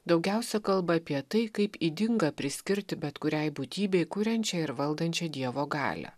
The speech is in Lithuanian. daugiausia kalba apie tai kaip ydinga priskirti bet kuriai būtybei kuriančią ir valdančią dievo galią